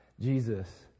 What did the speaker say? Jesus